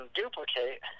duplicate